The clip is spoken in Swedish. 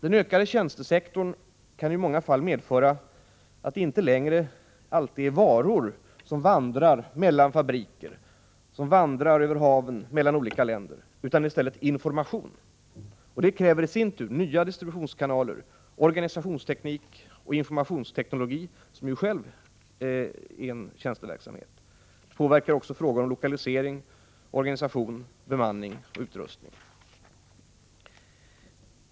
Den ökande tjänstesektorn kan i många fall medföra att det inte längre alltid är varor som vandrar mellan fabriker, över haven eller mellan olika länder, utan att det i stället är information. Detta kräver i sin tur nya distributionskanaler, organisationsteknik och informationsteknologi— som i sig själva är tjänsteverksamhet. Det påverkar också frågor om lokalisering, organisation, bemanning och utrustning.